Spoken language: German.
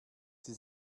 sie